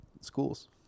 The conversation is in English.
schools